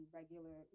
regular